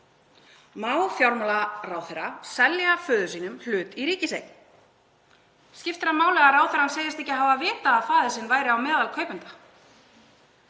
Má fjármálaráðherra selja föður sínum hlut í ríkiseign? Skiptir það máli að ráðherrann segist ekki hafa vita faðir hans væri á meðal kaupenda?